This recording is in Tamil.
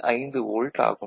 5 வோல்ட் ஆகும்